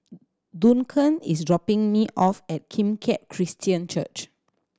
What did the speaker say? Duncan is dropping me off at Kim Keat Christian Church